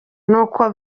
nuko